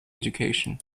education